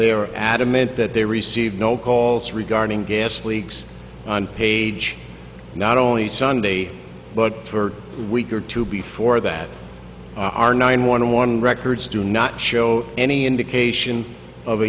they are adamant that they received no calls regarding gas leaks on page not only sunday but for a week or two before that are nine one one records do not show any indication of